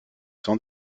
sans